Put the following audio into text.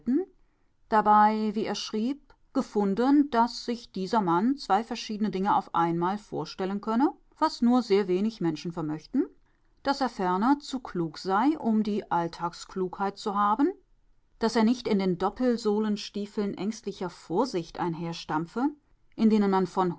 wie er schrieb gefunden daß sich dieser mann zwei verschiedene dinge auf einmal vorstellen könne was nur sehr wenig menschen vermöchten daß er ferner zu klug sei um die alltagsklugheit zu haben daß er nicht in den doppelsohlenstiefeln ängstlicher vorsicht einherstampfe in denen man von